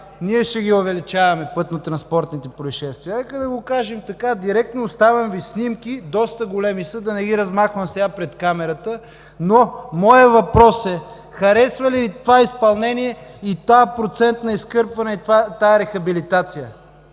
ние ще увеличаваме пътнотранспортните произшествия. Нека да го кажем така – директно. Оставям Ви снимките, доста големи са, да не ги размахвам сега пред камерата. Въпросът ми е: харесва ли Ви това изпълнение, този процент на изкърпване, тази рехабилитация?